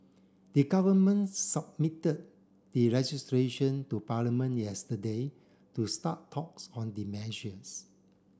the government submitted the legislation to Parliament yesterday to start talks on the measures